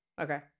okay